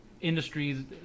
industries